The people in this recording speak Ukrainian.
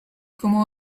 кому